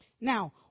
Now